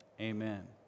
Amen